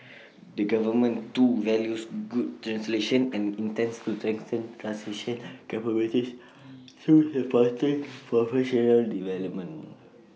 the government too values good translation and intends to strengthen translation capabilities through supporting professional development